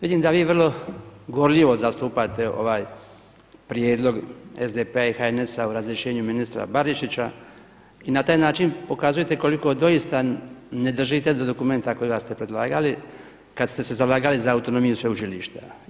Vidim da vi vrlo gorljivo zastupate ovaj prijedlog SDP-a i HNS-a o razrješenju ministra Barišića i na taj način pokazujete koliko doista ne držite do dokumenta kojega ste predlagali kad ste se zalagali za autonomiju sveučilišta.